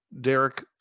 Derek